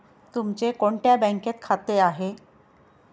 तुमचे कोणत्या बँकेत खाते आहे?